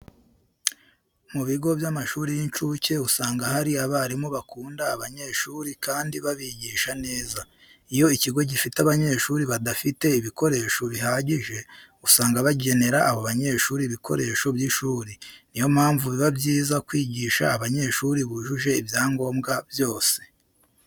Mu bigo by'amashuri y'incuke usanga haba hari abarimu bakunda abanyeshuri kandi babigisha neza. Iyo ikigo gifite abanyeshuri badafite ibikoresho bihagije, usanga bagenera abo banyeshuri ibikoresho by'ishuri. Niyo mpamvu biba byiza kwigisha abanyeshuri bujuje ibyangombwa byose.